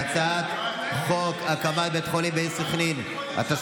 הצעת חוק הקמת בית חולים בעיר סח'נין (תיקוני חקיקה),